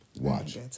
watch